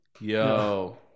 Yo